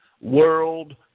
world